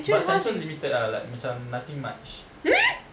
but central limited ah like macam nothing much